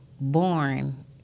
born